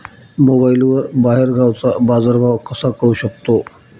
मोबाईलवर बाहेरगावचा बाजारभाव कसा कळू शकतो?